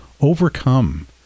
overcome